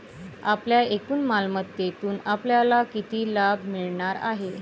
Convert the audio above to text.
आपल्या एकूण मालमत्तेतून आपल्याला किती लाभ मिळणार आहे?